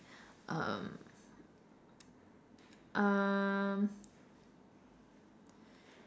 um um